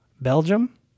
Belgium